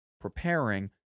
preparing